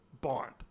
Bond